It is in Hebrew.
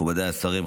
מכובדיי השרים,